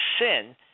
sin